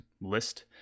list